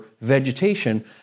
vegetation